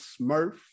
Smurf